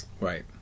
Right